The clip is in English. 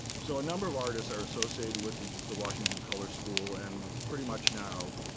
so a number of artists are associated with the washington color school. and pretty much now,